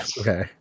Okay